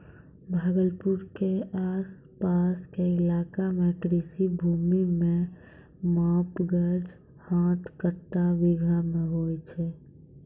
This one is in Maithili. भागलपुर के आस पास के इलाका मॅ कृषि भूमि के माप गज, हाथ, कट्ठा, बीघा मॅ होय छै